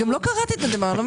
אני גם לא קראתי את הדה-מרקר.